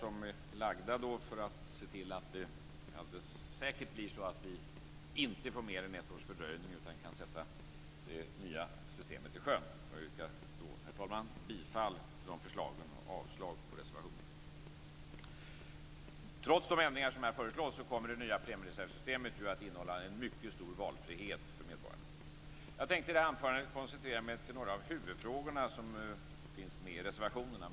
Det har lagts fram en del förslag som syftar till att vi alldeles säkert inte skall få mer än ett års fördröjning av sjösättningen av det nya systemet. Herr talman! Jag yrkar bifall till de förslagen och avslag på reservationerna. Trots de ändringar som föreslås kommer det nya premiereservsystemet att innehålla en mycket stor valfrihet för medborgarna. Jag tänker i mitt anförande koncentrera mig på huvudfrågorna i reservationerna.